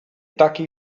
takiej